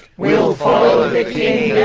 wee'l follow the king,